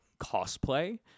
cosplay